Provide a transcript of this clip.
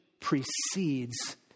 precedes